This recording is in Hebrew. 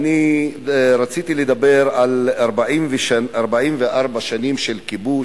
רציתי לדבר על 44 שנים של כיבוש.